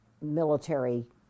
military